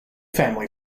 family